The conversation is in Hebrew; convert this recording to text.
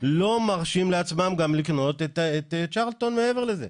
לא מרשים לעצמם גם לקנות את צ'רלטון מעבר לזה.